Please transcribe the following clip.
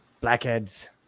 Blackheads